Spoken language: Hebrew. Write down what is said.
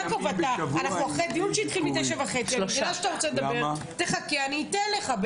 יעקב, תחכה, אני אתן לך.